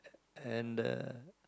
and uh